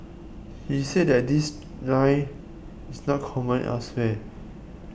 he said that this night is not common elsewhere